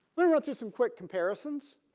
but go through some quick comparisons.